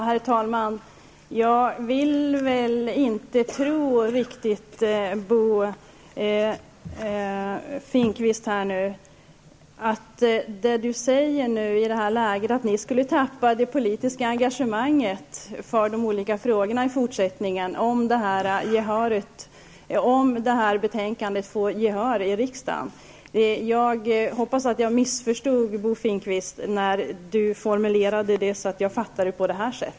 Herr talman! Jag vill inte riktigt tro det Bo Finnkvist säger i det här läget, nämligen att ni skulle tappa det politiska engagemanget för de olika frågorna i fortsättningen om betänkandet får gehör i riksdagen. Jag hoppas att jag missförstod Bo Finnkvist. Han formulerade sig så att jag förstod det på detta sätt.